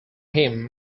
him